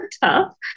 tough